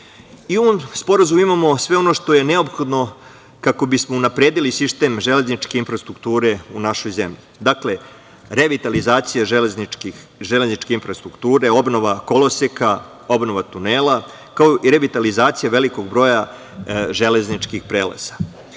ovom sporazumu imamo sve ono što je neophodno kako bismo unapredili sistem železničke infrastrukture u našoj zemlji. Dakle, revitalizacija železničke infrastrukture, obnova koloseka, obnova tunela, kao i revitalizacija velikog broja železničkih prelaza. Građani